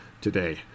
today